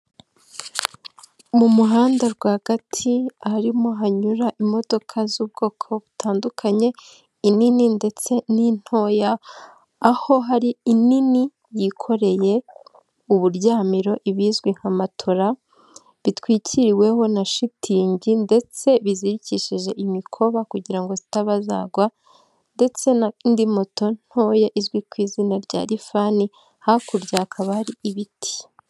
Mu muhanda rwagati harimo hanyura imodoka z'ubwoko butandukanye, inini ndetse n'intoya, aho hari inini yikoreye uburyamiro, ibizwi nka matora, bitwikiriweho na shitingi ndetse bizirikishije imikoba kugirango ngo itabagwa, ndetse n'indi moto ntoya izwi ku izina rya rifani hakurya hakaba hari ibiti.